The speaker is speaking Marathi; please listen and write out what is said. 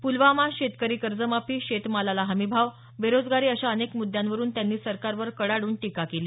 पुलवामा शेतकरी कर्जमाफी शेतमालाला हमीभाव बेरोजगारी अशा अनेक मृद्यांवरून त्यांनी सरकारवर कडाडून टीका केली